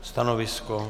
Stanovisko?